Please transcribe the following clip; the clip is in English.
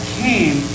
came